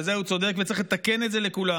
בזה הוא צודק, וצריך לתקן את זה לכולם.